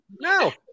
No